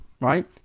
right